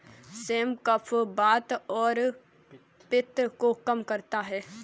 same कफ, वात और पित्त को कम करता है